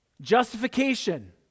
Justification